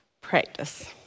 practice